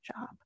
job